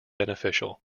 beneficial